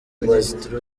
minisitiri